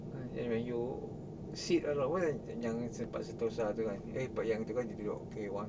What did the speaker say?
and then when you sit jangan lepak sentosa tu kan baik lepak yang tu kan dia duduk